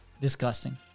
Disgusting